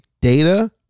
data